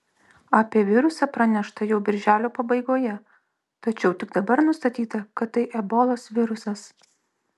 apie virusą pranešta jau birželio pabaigoje tačiau tik dabar nustatyta kad tai ebolos virusas